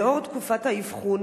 לאור תקופת האבחון,